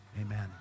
amen